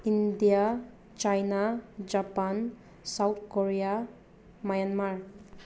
India China Japan South Korea Myanmar